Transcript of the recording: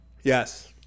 Yes